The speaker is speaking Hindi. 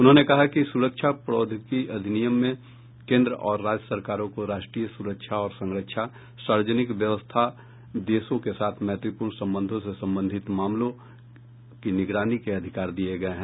उन्होंने कहा कि सूचना प्रौद्योगिकी अधिनियम में केन्द्र और राज्य सरकारों को राष्ट्रीय सुरक्षा और संरक्षा सार्वजनिक व्यवस्था और देशों के साथ मैत्रीपूर्ण संबंधों से संबंधित मामलों की निगरानी के अधिकार दिए गए हैं